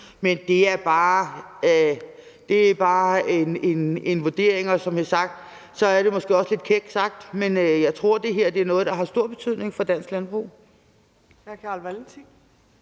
men det er bare en vurdering. Som sagt er det måske også lidt kækt sagt, men jeg tror, det her er noget, der har stor betydning for dansk landbrug.